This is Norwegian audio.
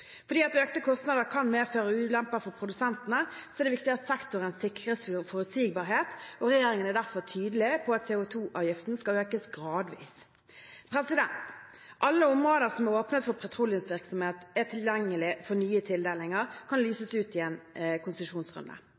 Fordi økte kostnader kan medføre ulemper for produsentene, er det viktig at sektoren sikres forutsigbarhet. Regjeringen er derfor tydelig på at CO 2 -avgiften skal økes gradvis. Alle områder som er åpnet for petroleumsvirksomhet og er tilgjengelig for nye tildelinger, kan lyses ut i en konsesjonsrunde.